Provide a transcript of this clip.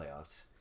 playoffs